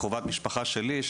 קרובת משפחה שלי,